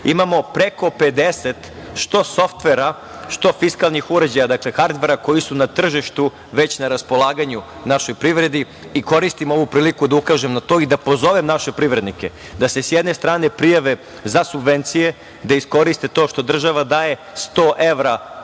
imamo preko 50, što softvera, što fiskalnih uređaja, hardvera, koji su na tržištu već na raspolaganju našoj privredi i koristim ovu priliku da ukažem na to i da pozovem naše privrednike da se prijave za subvencije, da iskoriste to što država daje 100 evra